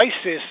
ISIS